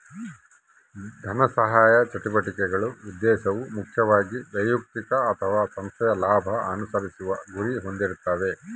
ಧನಸಹಾಯ ಚಟುವಟಿಕೆಗಳ ಉದ್ದೇಶವು ಮುಖ್ಯವಾಗಿ ವೈಯಕ್ತಿಕ ಅಥವಾ ಸಂಸ್ಥೆಯ ಲಾಭ ಅನುಸರಿಸುವ ಗುರಿ ಹೊಂದಿರ್ತಾವೆ